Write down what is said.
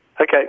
Okay